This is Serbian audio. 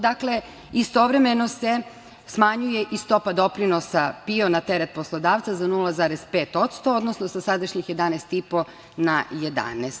Dakle, istovremeno se smanjuje i stopa doprinosa PIO na teret poslodavca za 0,5%, odnosno sa sadašnjih 11,5 na 11.